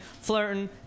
flirting